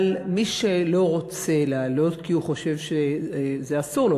מי שלא רוצה לעלות כי הוא חושב שזה אסור לו,